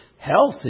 Health